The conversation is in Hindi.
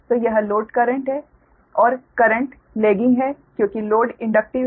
तो यह लोड करंट है और करंट लैगिंग है क्योंकि लोड इंडक्टिव है